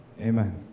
Amen